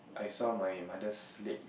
I saw my mother's leg